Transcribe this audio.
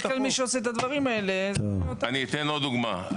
אני אתן עוד דוגמה.